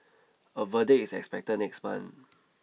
a verdict is expected next month